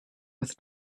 with